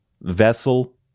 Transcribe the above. vessel